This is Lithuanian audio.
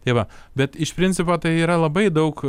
tai va bet iš principo tai yra labai daug